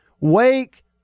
Wake